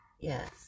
Yes